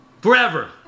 forever